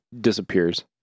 disappears